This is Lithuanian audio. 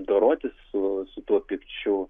dorotis su su tuo pykčiu